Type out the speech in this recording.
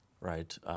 right